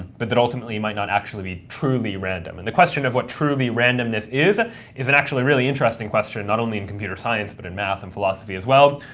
but that ultimately might not actually be truly random, and the question of what truly randomness is is an actually really interesting question, not only in computer science but in math and philosophy as well.